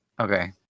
Okay